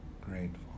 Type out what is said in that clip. grateful